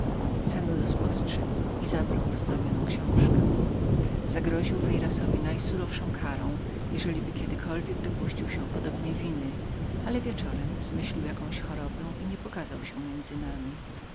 sanudo spostrzegł i zabrał wzbronioną książkę zagroził veyrasowi najsurowszą karą jeżeliby kiedykolwiek dopuścił się podobnej winy ale wieczorem zmyślił jakąś chorobę i niepokazał się między nami